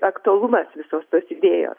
aktualumas visos tos idėjo